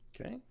Okay